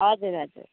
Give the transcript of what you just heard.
हजुर हजुर